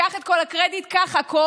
קח את כל הקרדיט, קח הכול,